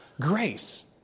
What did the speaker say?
Grace